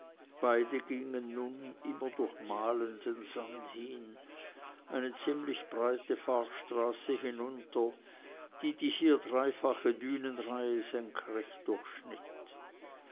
beide gingen nun immer durch mahlenden sand hin eine ziemlich breite fahrstraße hinunter die die hier dreifache dünenreihe senkrecht durchschnitt